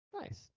Nice